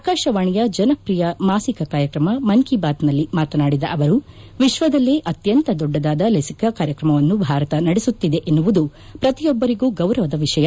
ಆಕಾಶವಾಣಿಯ ಜನಪ್ರಿಯ ಮಾಸಿಕ ಕಾರ್ಯಕ್ರಮ ಮನ್ ಕಿ ಬಾತ್ನಲ್ಲಿ ಮಾತನಾದಿದ ಅವರು ವಿಶ್ವದಲ್ಲೇ ಅತ್ಯಂತ ದೊಡ್ಡದಾದ ಲಸಿಕಾ ಕಾರ್ಯಕ್ರಮವನ್ನು ಭಾರತ ನಡೆಸುತ್ತಿದೆ ಎನ್ನುವುದು ಪ್ರತಿಯೊಬ್ಬರಿಗೂ ಗೌರವದ ವಿಷಯ